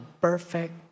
perfect